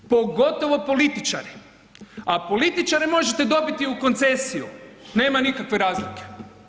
Pogotovo političari a političare možete dobiti u koncesiju, nema nikakve razlike.